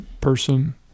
person